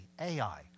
Ai